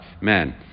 man